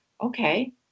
Okay